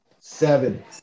seven